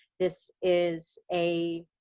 this is a